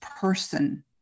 person